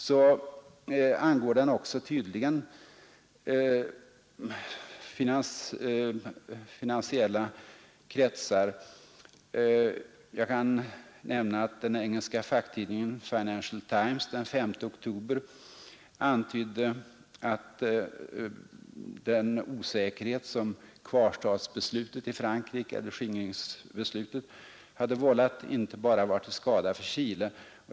Den angår tydligen också finansiella kretsar. Jag kan nämna att den engelska facktidningen Financial Times den 5 oktober antydde att den osäkerhet som beslutet om kvarstad eller skingringsförbud i Frankrike hade vållat inte bara var till skada för Chile.